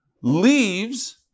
leaves